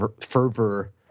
fervor